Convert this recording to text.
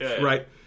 right